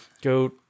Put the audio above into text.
Go